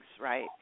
right